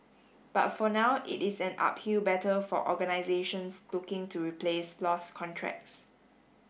but for now it is an uphill battle for organisations looking to replace lost contracts